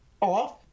off